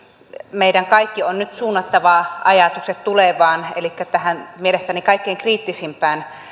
meidän kaikkien on nyt suunnattava ajatukset tulevaan elikkä tähän mielestäni kaikkein kriittisimpään